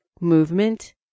movement